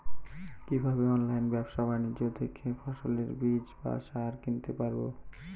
কীভাবে অনলাইন ব্যাবসা বাণিজ্য থেকে ফসলের বীজ বা সার কিনতে পারবো?